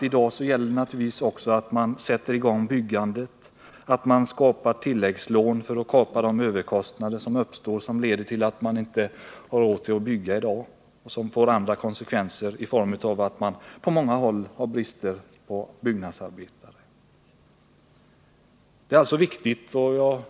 I dag gäller det också att sätta i gång byggandet, att införa tilläggslån för att kapa de överkostnader som leder till att man på många håll inte har råd att bygga, samtidigt som det på andra håll råder brist på byggnadsarbetare.